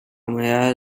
humedad